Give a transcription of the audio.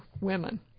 women